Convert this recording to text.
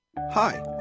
Hi